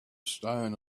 stone